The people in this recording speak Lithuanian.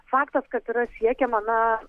faktas kad yra siekiama na